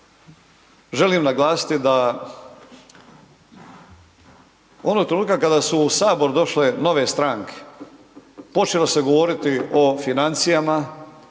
želim naglasiti da onog trenutka kada su u Sabor došle nove stranke počelo se govoriti o financijama,